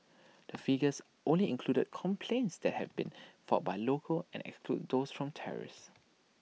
the figures only included complaints that had been filed by locals and excludes those from tourists